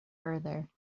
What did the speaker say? further